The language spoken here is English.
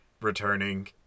returning